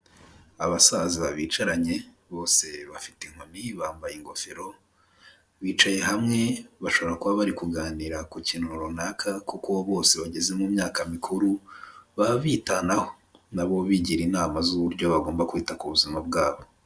Abasaza bicaranye bose bafite inkoni bambaye ingofero, bicaye hamwe bashobora kuba bari kuganira ku kintu runaka kuko bose bageze mu myaka mikuru baba bitanaho na bo bigira inama z'uburyo bagomba kwita ku buzima bwabo.